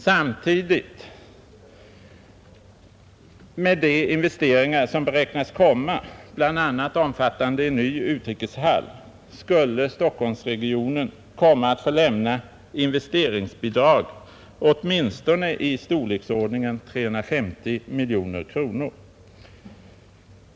Samtidigt med de investeringar som beräknas komma, bl.a. omfattande en ny utrikeshall, skulle Stockholmsregionen komma att få lämna investeringsbidrag åtminstone i storleksordningen 350 miljoner kronor.